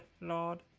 Lord